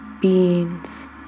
beings